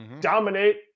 dominate